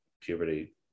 puberty